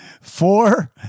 four